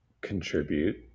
contribute